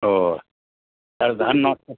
ও আর ধান নষ্ট